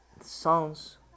songs